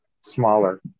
smaller